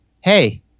hey